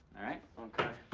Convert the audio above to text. all right? okay.